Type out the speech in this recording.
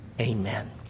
Amen